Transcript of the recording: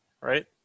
right